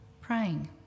praying